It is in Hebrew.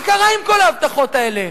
מה קרה עם כל ההבטחות האלה?